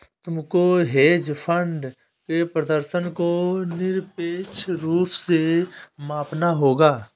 तुमको hedge fund के प्रदर्शन को निरपेक्ष रूप से मापना होगा